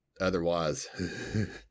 Otherwise